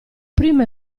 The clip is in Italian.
prima